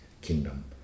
kingdom